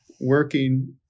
working